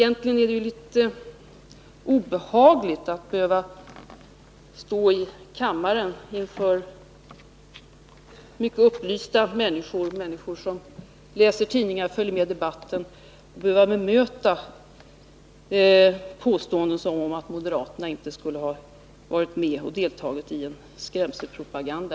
Egentligen är det litet obehagligt att behöva stå i kammaren inför mycket upplysta människor som läser tidningar och följer med debatten och bemöta påståenden som att moderaterna inte skulle ha deltagit i en skrämselpropaganda.